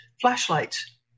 flashlights